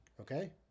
Okay